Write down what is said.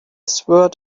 sword